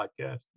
podcast